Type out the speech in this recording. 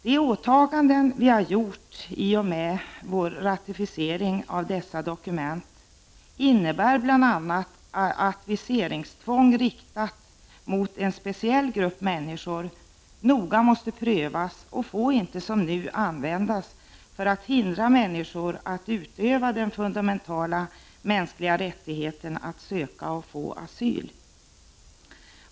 De åtaganden som vi har gjort i och med vår ratificering av dessa dokument innebär bl.a. att viseringstvång riktat mot en speciell grupp människor noga måste prövas och inte som nu användas för att hindra människor att utöva den fundamentala mänskliga rättigheten att söka och få asyl.